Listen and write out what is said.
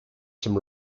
some